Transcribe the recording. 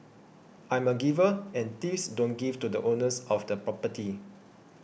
I'm a giver and thieves don't give to the owners of the property